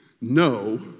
No